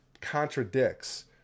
contradicts